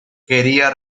quería